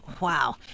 Wow